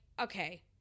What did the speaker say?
okay